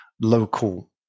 local